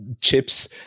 chips